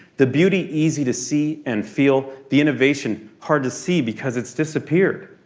the beauty easy to see and feel. the innovation hard to see because it's disappeared.